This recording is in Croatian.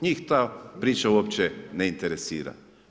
Njih ta priča uopće ne interesira.